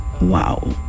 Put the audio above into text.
Wow